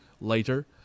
later